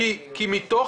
כי מתוך